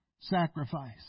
sacrifice